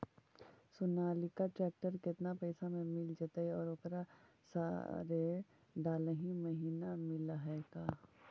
Sonalika tractor केतना पैसा में मिल जइतै और ओकरा सारे डलाहि महिना मिलअ है का?